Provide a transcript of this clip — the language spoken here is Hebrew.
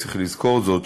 וצריך לזכור זאת,